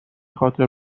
خاطر